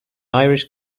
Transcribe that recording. irish